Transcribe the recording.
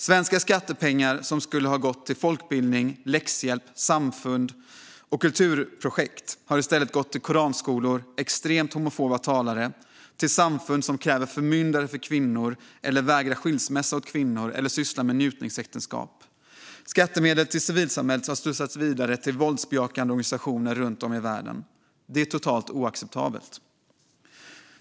Svenska skattepengar som skulle ha gått till folkbildning, läxhjälp, samfund och kulturprojekt har i stället gått till koranskolor, extremt homofoba talare och samfund som kräver förmyndare för kvinnor, vägrar skilsmässa för kvinnor eller sysslar med njutningsäktenskap. Skattemedel till civilsamhället har slussats vidare till våldsbejakande organisationer runt om i världen. Det är totalt oacceptabelt.